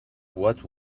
what